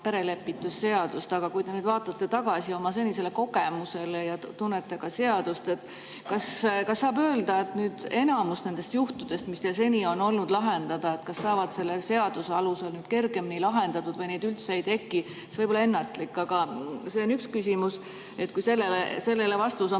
perelepitusseadust. Kui te nüüd vaatate tagasi oma senisele kogemusele ja tunnete ka seadust, kas saab öelda, et enamik nendest juhtudest, mis teil seni on olnud lahendada, saavad selle seaduse alusel nüüd kergemini lahendatud või neid üldse ei teki? See võib olla ennatlik, aga see on üks küsimus. Sellele vastus